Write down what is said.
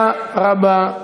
תודה רבה,